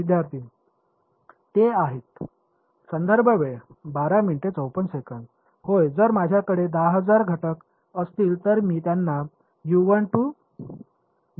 विद्यार्थीः तेथे आहेत होय जर माझ्याकडे 10000 घटक असतील तर मी त्यांना क्रमांकित केले पाहिजे